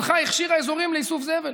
הלכה והכשירה אזורים לאיסוף זבל,